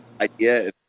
idea